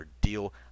deal